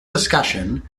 discussion